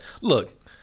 look